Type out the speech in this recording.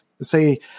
say